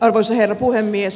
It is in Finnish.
arvoisa herra puhemies